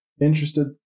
interested